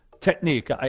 technique